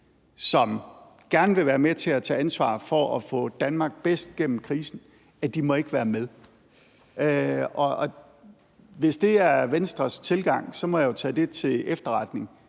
som gerne vil være med til at tage ansvar for at få Danmark bedst gennem krisen, at de ikke må være med. Hvis det er Venstres tilgang, må jeg jo tage det til efterretning.